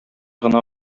гына